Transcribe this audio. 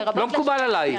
לרבות --- לא מקובל עליי.